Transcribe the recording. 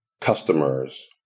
customers